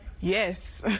Yes